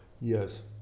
Yes